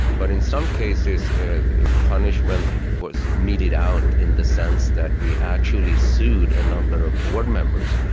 but in some cases punishment was meted out in the sense that we actually sued a number of board members,